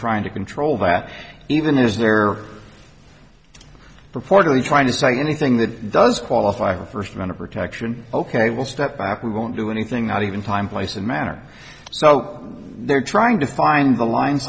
trying to control that even as they're purportedly trying to cite anything that does qualify for a first round of protection ok we'll step back we won't do anything not even time place and manner so they're trying to find the line